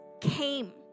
came